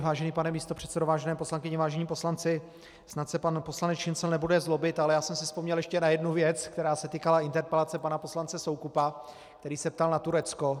Vážený pane místopředsedo, vážené poslankyně, vážení poslanci, snad se pan poslanec Šincl nebude zlobit, ale já jsem si vzpomněl ještě na jednu věc, která se týkala interpelace pana poslance Soukupa, který se ptal na Turecko.